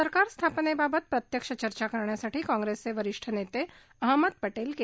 सरकार स्थापनेबाबत प्रत्यक्ष चर्चा करण्यासाठी कॉंप्रेसचे वरिष्ठ नेते अहमद पांजि के